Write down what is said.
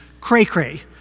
cray-cray